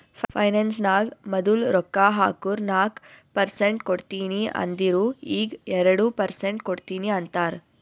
finance ನಾಗ್ ಮದುಲ್ ರೊಕ್ಕಾ ಹಾಕುರ್ ನಾಕ್ ಪರ್ಸೆಂಟ್ ಕೊಡ್ತೀನಿ ಅಂದಿರು ಈಗ್ ಎರಡು ಪರ್ಸೆಂಟ್ ಕೊಡ್ತೀನಿ ಅಂತಾರ್